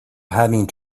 having